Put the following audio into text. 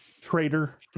Traitor